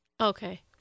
okay